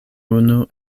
unu